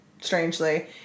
strangely